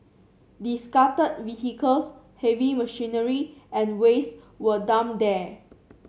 discarded vehicles heavy machinery and waste were dumped there